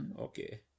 Okay